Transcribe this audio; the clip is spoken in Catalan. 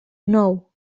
nou